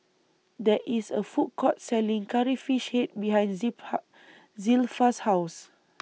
There IS A Food Court Selling Curry Fish Head behind Zilpha's House